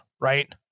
right